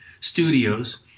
Studios